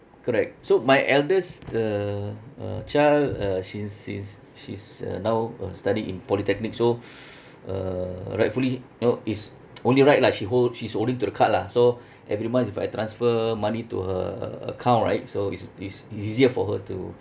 correct so my eldest uh uh child uh she's she's she's uh now uh study in polytechnic so uh rightfully you know is only right lah she hold she's holding to the card lah so every month if I transfer money to her account right so it's it's easier for her to